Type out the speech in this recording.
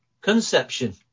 conception